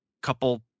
couple